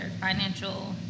financial